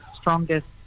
strongest